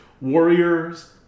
Warriors